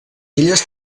illes